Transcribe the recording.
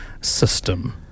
system